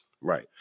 Right